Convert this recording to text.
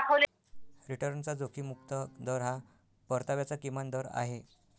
रिटर्नचा जोखीम मुक्त दर हा परताव्याचा किमान दर आहे